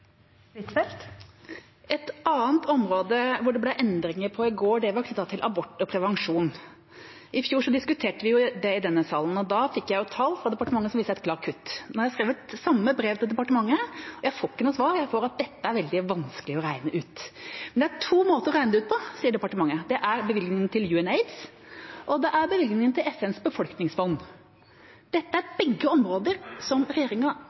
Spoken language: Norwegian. Huitfeldt. Et annet område det ble endringer på i går, er knyttet til abort og prevensjon. I fjor diskuterte vi det i denne salen, og da fikk jeg tall fra departementet som viste et klart kutt. Nå har jeg skrevet samme brev til departementet, og jeg får ikke noe svar. Jeg får høre at dette er veldig vanskelig å regne ut. Men det er to måter å regne på, sier departementet, det er gjennom bevilgningen til UNAIDS og gjennom bevilgningen til FNs befolkningsfond. Dette er begge områder regjeringa